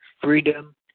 freedom